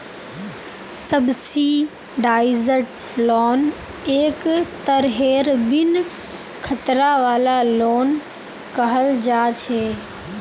subsidised loan एक तरहेर बिन खतरा वाला लोन कहल जा छे